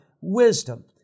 wisdom